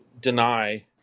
deny